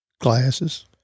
glasses